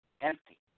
empty